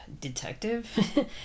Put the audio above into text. detective